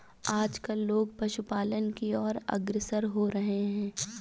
आजकल लोग पशुपालन की और अग्रसर हो रहे हैं